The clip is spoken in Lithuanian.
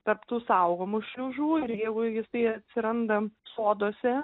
tarp tų saugomų šliužų ir jeigu jisai atsiranda soduose